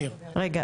ניר,